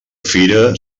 fira